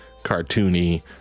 cartoony